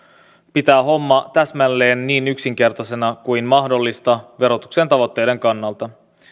pitää homma täsmälleen niin yksinkertaisena kuin mahdollista verotuksen tavoitteiden kannalta